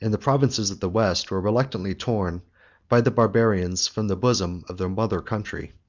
and the provinces of the west were reluctantly torn by the barbarians from the bosom of their mother country.